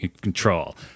control